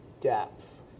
depth